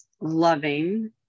loving